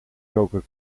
coca